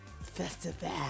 festival